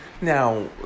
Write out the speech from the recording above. Now